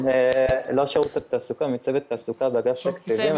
לא שירות התעסוקה, מצוות תעסוקה באגף תקציבים.